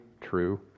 true